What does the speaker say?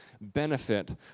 benefit